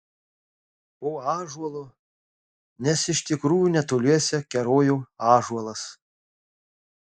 po ąžuolu nes iš tikrųjų netoliese kerojo ąžuolas